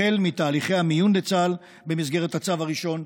תהליכי המיון לצה"ל במסגרת הצו הראשון,